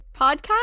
podcast